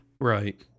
Right